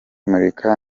murika